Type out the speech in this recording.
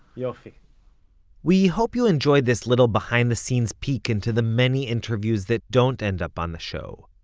yoffi we hope you enjoyed this little behind-the-scenes peek into the many interviews that don't end up on the show.